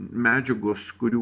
medžiagos kurių